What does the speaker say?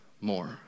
more